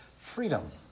freedom